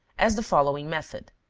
as the following method